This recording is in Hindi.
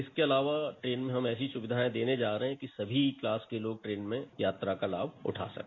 इसके अलावा ट्रेन में हम ऐसी सुविधाएं देने जा रहे है कि सभी क्लास के लोग ट्रेन में यात्रा का लाभ उठा सके